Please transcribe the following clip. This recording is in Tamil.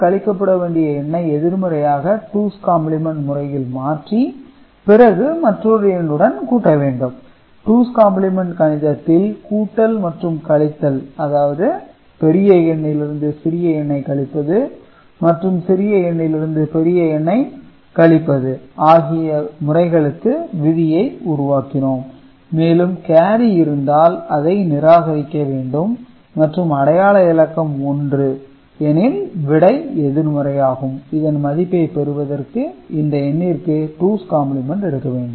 கழிக்கப்பட வேண்டிய எண்ணை எதிர்மறையாக டூஸ் காம்ப்ளிமென்ட் முறையில் மாற்றி பிறகு மற்றொரு எண்ணுடன் கூட்ட வேண்டும் டூஸ் காம்ப்ளிமென்ட் கணிதத்தில் கூட்டல் மற்றும் கழித்தல் அதாவது பெரிய எண்ணிலிருந்து சிறிய எண்ணை கழிப்பது மற்றும் சிறிய எண்ணிலிருந்து பெரிய எண்ணை கழிப்பது ஆகிய முறைகளுக்கு விதியை உருவாக்கினோம் மேலும் கேரி இருந்தால் அதை நிராகரிக்க வேண்டும் மற்றும் அடையாள இலக்கம் 1 எனில் விடை எதிர்மறை ஆகும் இதன் மதிப்பை பெறுவதற்கு இந்த எண்ணிற்கு டூஸ் காம்ப்ளிமென்ட் எடுக்க வேண்டும்